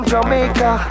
Jamaica